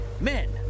Men